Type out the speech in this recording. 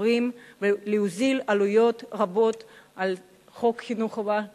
הורים להוזיל עלויות רבות של חוק חינוך חובה חינם.